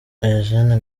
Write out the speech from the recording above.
eugene